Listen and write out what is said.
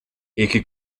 eje